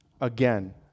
again